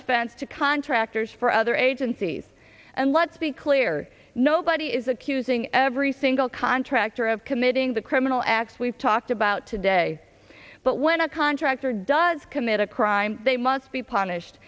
defense to contractors for other agencies and let's be clear nobody is accusing every single contractor of committing the criminal acts we've talked about today but when a contractor does commit a crime they must be punished